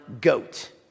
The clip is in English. GOAT